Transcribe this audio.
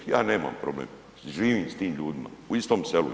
Ja nema problem, živim s tim ljudima u istom selu.